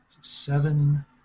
Seven